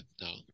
No